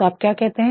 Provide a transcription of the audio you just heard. तो आप क्या कहते है